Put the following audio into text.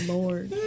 Lord